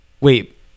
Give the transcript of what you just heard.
wait